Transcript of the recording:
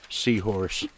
seahorse